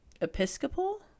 Episcopal